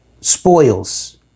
spoils